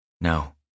No